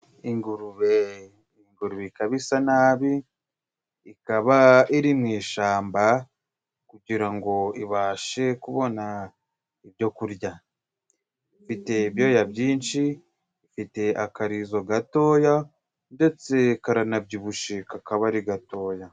Ingurube, ingurube ikaba isa nabi, ikaba iri mu ishyamba kugirango ibashe kubona ibyo kurya. Ifite ibyoya byinshi, ifite akarizo gatoya ndetse karanabyibushye kakaba ari gatoya.